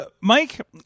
mike